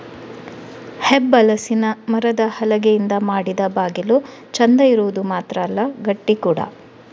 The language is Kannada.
ಹೆಬ್ಬಲಸಿನ ಮರದ ಹಲಗೆಯಿಂದ ಮಾಡಿದ ಬಾಗಿಲು ಚಂದ ಇರುದು ಮಾತ್ರ ಅಲ್ಲ ಗಟ್ಟಿ ಕೂಡಾ